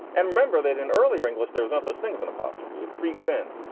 and remember that in earlier english there was no such thing as an apostrophe. it creeps in.